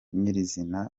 nyir’izina